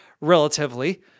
relatively